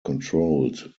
controlled